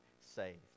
saved